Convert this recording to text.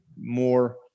more